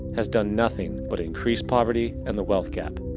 has done nothing but increase poverty and the wealth-gap,